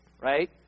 right